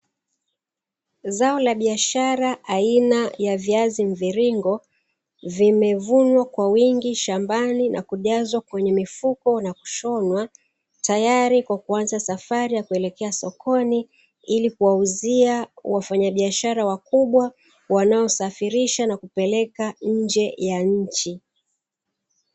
Zao la biashara aina ya viazi mviringo, vimevunwa kwa wingi shambani na kujazwa kwenye mifuko na kushonwa, tayari kwa kuanza safari ya kuelekea sokoni, ili kuwauzia wafanyabiashara wakubwa wanaosafirisha na kupeleka nje ya nchi.